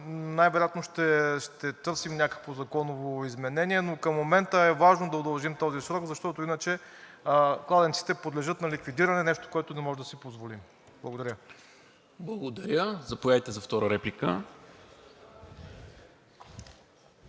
най-вероятно ще търсим някакво законово изменение, но към момента е важно да удължим този срок, защото иначе кладенците подлежат на ликвидиране – нещо, което не можем да си позволим. Благодаря. ПРЕДСЕДАТЕЛ НИКОЛА МИНЧЕВ: Благодаря. Заповядайте за втора реплика.